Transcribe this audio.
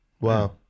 Wow